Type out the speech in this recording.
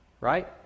right